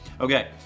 Okay